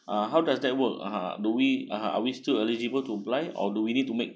uh how does that work (uh huh) do we (uh huh) are we still eligible to apply or do we need to make